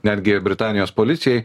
netgi britanijos policijai